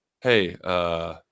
hey –